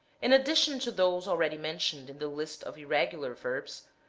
in addition to those already mentioned in the list of irregular verbs,